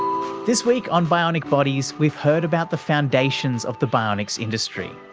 this week on bionic bodies we've heard about the foundations of the bionics industry,